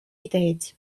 ideed